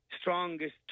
strongest